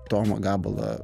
tomo gabalą